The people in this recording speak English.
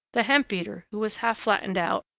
the hemp-beater, who was half flattened out,